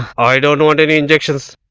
i don't want any injection